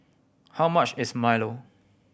how much is milo